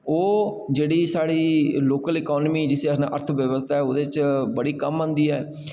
ओह् जेह्ड़ी साढ़ी लोक इकॉनामी जिसी अस आखने आं अर्थ व्यवस्था ओह्दे च बड़ी कम्म औंदी ऐ